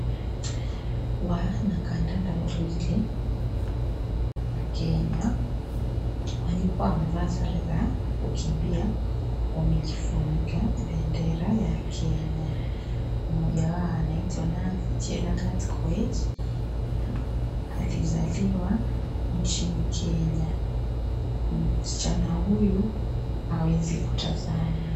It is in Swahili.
Wanakandanda wawili wa Kenya. Waliokuwa wamevaa sare za kukimbia. Wamejifunika bendera ya Kenya. Mmoja wao anaitwa Nancy Cherangat Koech na alizaliwa nchini Kenya. Msichana huyu hawezi kutazama.